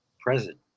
present